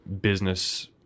business